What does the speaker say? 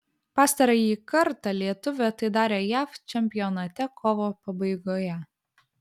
pastarąjį kartą lietuvė tai darė jav čempionate kovo pabaigoje